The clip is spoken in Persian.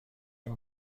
این